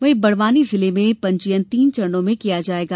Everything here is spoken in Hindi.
वहीं बड़वानी जिले में पंजीयन तीन चरणों में किया जायेगा